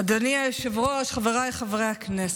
אדוני היושב-ראש, חבריי חברי הכנסת,